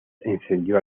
encendió